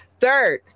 Third